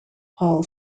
hall